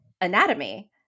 anatomy